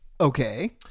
Okay